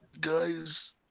Guys